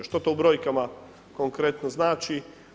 Što u brojkama konkretno znači?